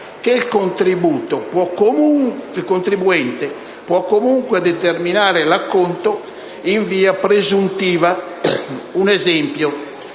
il contribuente può comunque determinare l'acconto in via presuntiva. Ad esempio,